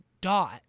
dot